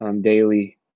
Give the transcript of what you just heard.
daily